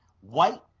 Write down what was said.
white